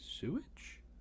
sewage